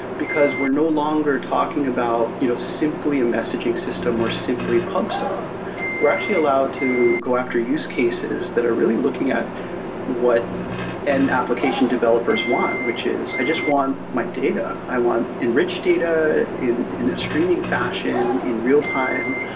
because we're no longer talking about you know simply a messaging system, or simply pub sub we're actually allowed to go after use cases that are really looking at what an application developers want, which is i just want my data. i want enriched data in in a streaming fashion, in real-time,